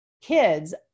kids